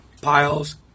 Piles